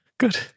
Good